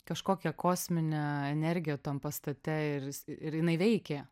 kažkokią kosminę energiją tam pastate ir ir jinai veikė